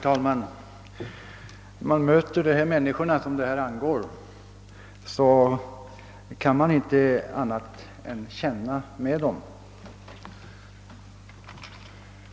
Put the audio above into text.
Herr talman! När man möter de människor som detta problem angår kan man inte annat än känna med dem.